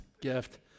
gift